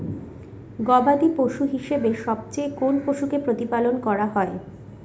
গবাদী পশু হিসেবে সবচেয়ে কোন পশুকে প্রতিপালন করা হয়?